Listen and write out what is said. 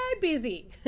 busy